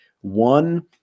one